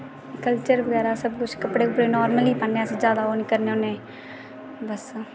culture बगैरा सब कुछ कपड़े कपूड़े नार्मल ई पान्ने अस जादा ओह् निं करने होन्नें बस